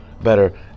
Better